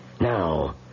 Now